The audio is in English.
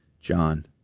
john